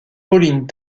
pauline